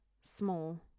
small